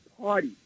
party